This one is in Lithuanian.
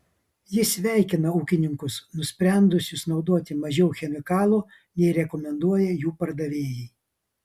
jis sveikina ūkininkus nusprendusius naudoti mažiau chemikalų nei rekomenduoja jų pardavėjai